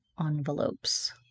envelopes